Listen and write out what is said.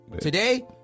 Today